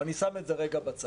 אבל אני שם את זה לרגע בצד.